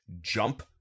jump